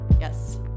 Yes